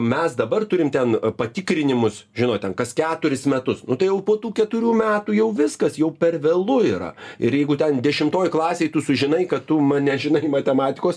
mes dabar turim ten patikrinimus žinot ten kas keturis metus tai jau po tų keturių metų jau viskas jau per vėlu yra ir jeigu ten dešimtoj klasėj tu sužinai kad tu nežinai matematikos